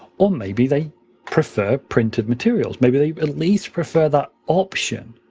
or maybe they prefer printed material. maybe they at least prefer that option.